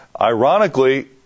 ironically